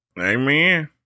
Amen